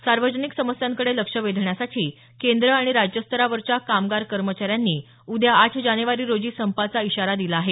सार्वजनिक समस्यांकडे लक्ष वेधण्यासाठी केंद्र आणि राज्यस्तरावरच्या कामगार कर्मचाऱ्यांनी उद्या आठ जानेवारी रोजी संपाचा इशारा दिला आहे